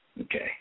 Okay